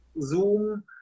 Zoom